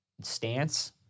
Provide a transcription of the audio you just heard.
stance